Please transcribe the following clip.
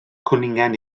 cwningen